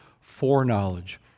foreknowledge